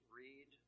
read